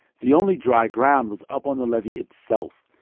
the only dry ground was up on the levee itself,